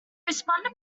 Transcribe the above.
responded